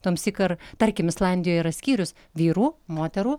tuomsyk ar tarkim islandijoj yra skyrius vyrų moterų